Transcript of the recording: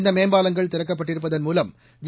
இந்த மேம்பாலங்கள் திறக்கப்பட்டிருப்பதன் மூலம் ஜி